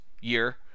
year